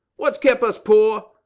what's kep us poor?